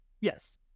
Yes